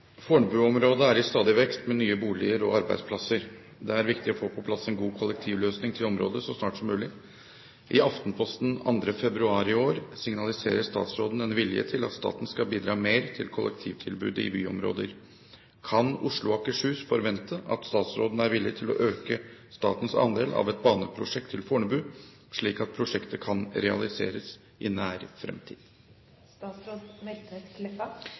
«Fornebu-området er i stadig vekst med nye boliger og arbeidsplasser. Det er viktig å få på plass en god kollektivløsning til området så snart som mulig. I Aftenposten 2. februar i år signaliserer statsråden en vilje til at staten skal bidra mer til kollektivtilbudet i byområder. Kan Oslo og Akershus forvente at statsråden er villig til å øke statens andel av et baneprosjekt til Fornebu, slik at prosjektet kan realiseres i nær fremtid?»